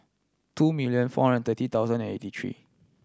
two million four hundred thirty thousand and eighty three